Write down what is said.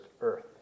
earth